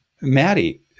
Maddie